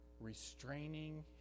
restraining